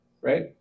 right